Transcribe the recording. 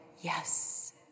yes